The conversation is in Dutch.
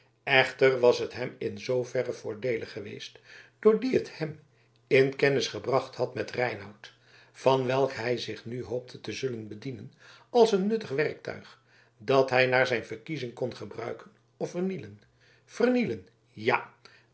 echter was het hem in zooverre voordeelig geweest doordien het hem in kennis gebracht had met reinout van welken hij zich nu hoopte te zullen bedienen als van een nuttig werktuig dat hij naar zijn verkiezing kon gebruiken of vernielen vernielen ja